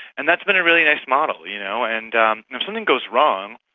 and that's been a really nice model, you know and um and if something goes wrong,